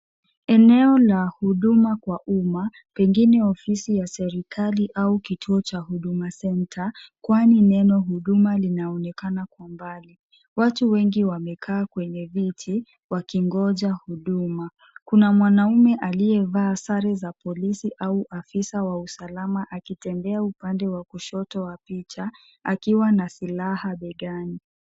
Eneo la huduma kwa umma, pengine ofisi ya serikali au kituo cha Huduma Centre, kwani neno huduma linaonekana kwa mbali. Watu wengi wamekaa kwenye viti wakingoja huduma. Kuna mwanaume aliyevaa sare za polisi au afisa wa usalama akitembea upande wa kushoto wa picha, akiwa na silaha begani.